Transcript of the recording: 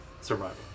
Survival